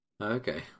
Okay